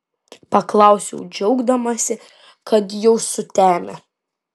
paklausiau džiaugdamasi kad jau sutemę